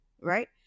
right